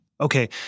Okay